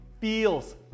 feels